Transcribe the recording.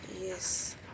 Yes